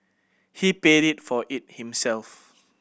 he paid it for it himself